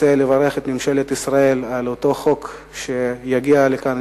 רוצה לברך את ממשלת ישראל על החוק שיגיע לכאן,